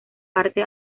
parte